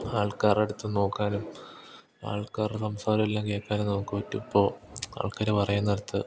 ആൾക്കരുടെ അടുത്ത് നോക്കാനും ആൾക്കാരുടെ സംസാരവുമെല്ലാം കേൾക്കാനും നമുക്ക് പറ്റും ഇപ്പോൾ ആൾക്കാർ പറയുന്ന നേരത്ത്